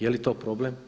Je li to problem?